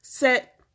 Set